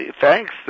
Thanks